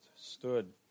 stood